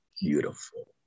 beautiful